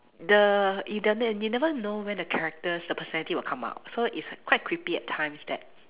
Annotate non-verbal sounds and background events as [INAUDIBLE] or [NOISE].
the you [NOISE] never know when the characters the personality will come out so it's quite creepy at times that